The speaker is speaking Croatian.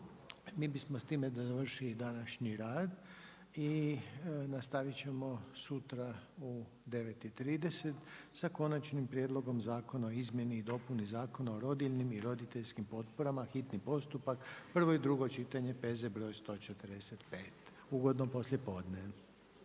Mi bismo s time završili današnji rad i nastaviti ćemo sutra u 9,30 sa Konačnim prijedlogom zakona o izmjeni i dopuni Zakona o rodiljnim i roditeljskim potporama, hitni postupak, prvo i drugo čitanje, P.Z. br. 145. Ugodno poslijepodne.